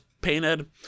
painted